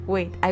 Wait